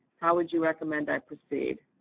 how would you recommend i proceed?